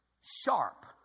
Sharp